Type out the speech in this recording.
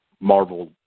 Marvel